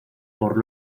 por